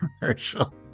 commercial